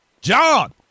John